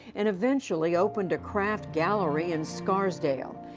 and eventually opened a craft gallery in scarsdale.